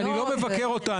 אני לא מבקר אותה,